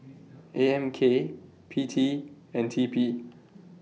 A M K P T and T P